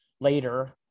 later